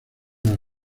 las